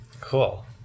Cool